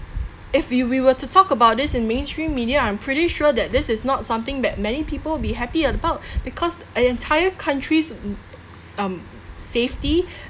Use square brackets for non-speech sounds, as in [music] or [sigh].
if we we were to talk about this in mainstream media I'm pretty sure that this is not something that many people be happy about [breath] because an entire countries m~ um safety [breath]